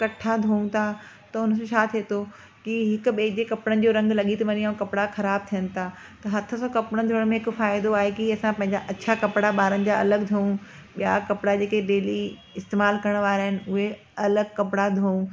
कठा धोऊं था त उन सां छा थिए थो कि हिक ॿिऐ जे कपिड़नि जो रंग लॻी थो वञे ऐं कपिड़ा ख़राबु थियनि था त हथ सां कपिड़नि धोइण में हिकु फ़ाइदो आहे की असां पंहिंजा अछा कपिड़ा ॿारनि जा अलॻि धोऊं ॿिया कपिड़ा जेके डेली इस्तेमाल करणवारा आहिनि उहे अलॻि कपिड़ा धोऊं